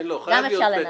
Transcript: אפשר לנמק.